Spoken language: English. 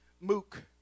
Mook